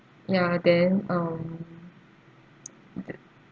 ya then um